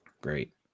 Great